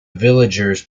villagers